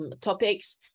topics